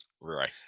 right